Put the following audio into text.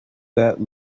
that